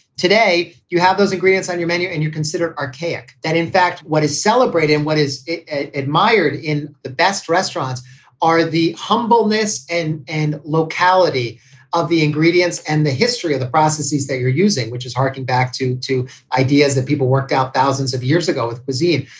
today, you have those agreements on your menu and you consider archaic that in fact, what is celebrating, what is is admired in the best restaurants are the humbleness and and locality of the ingredients and the history of the processes that you're using, which is harking back to two ideas that people worked out thousands of years ago with cuisine.